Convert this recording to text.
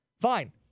fine